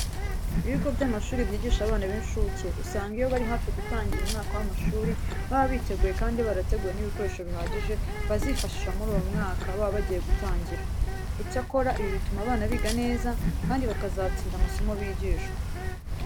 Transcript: Ibigo by'amashuri byigisha abana b'incuke usanga iyo bari hafi gutangira umwaka w'amashuri baba biteguye kandi barateguye n'ibikoresho bihagije bazifashisha muri uwo mwaka baba bagiye gutangira. Icyakora, ibi bituma abana biga neza kandi bakazatsinda amasomo bigishwa.